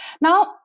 Now